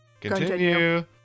Continue